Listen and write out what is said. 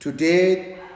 Today